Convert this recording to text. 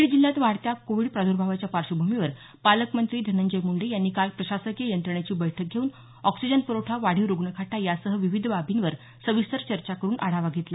बीड जिल्ह्यात वाढत्या कोविड प्रादर्भावाच्या पार्श्वभूमीवर पालकमंत्री धनंजय मुंडे यांनी काल प्रशासकीय यंत्रणेची बैठक घेऊन ऑक्सिजन पुरवठा वाढीव रुग्णखाटा यासह विविध बाबींवर सविस्तर चर्चा करून आढावा घेतला